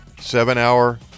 seven-hour